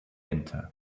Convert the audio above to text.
enter